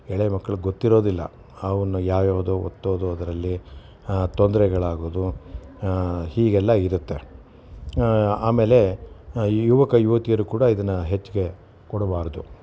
ಎಳೆಯ ಮಕ್ಳಿಗೆ ಗೊತ್ತಿರೋದಿಲ್ಲ ಅವನ್ನ ಯಾವ್ಯಾವ್ದೋ ಒತ್ತೋದು ಅದರಲ್ಲಿ ತೊಂದರೆಗಳಾಗೋದು ಹೀಗೆಲ್ಲ ಇರುತ್ತೆ ಆಮೇಲೆ ಯುವಕ ಯುವತಿಯರು ಕೂಡ ಇದನ್ನು ಹೆಚ್ಚಿಗೆ ಕೊಡಬಾರದು